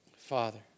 Father